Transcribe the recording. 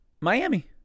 Miami